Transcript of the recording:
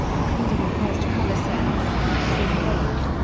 including the first color sets, soon followed.